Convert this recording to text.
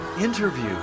interview